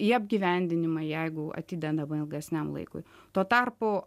į apgyvendinimą jeigu atidedama ilgesniam laikui tuo tarpu